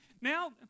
Now